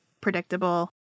predictable